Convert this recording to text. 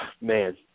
man